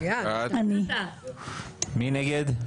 מי נגד?